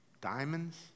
diamonds